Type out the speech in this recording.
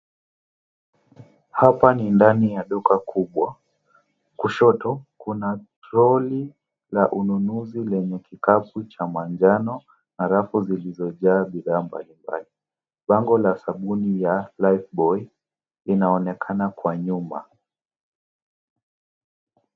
Hapa ni ndani ya duka kubwa, kushoto kuna troli la uchukuzi lenye kikapu cha manjano na rafu zilizojaa bidhaa mbali mbali. Bango la sabuni ya lifebuoy linaonekana kwa nyuma.